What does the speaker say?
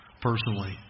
personally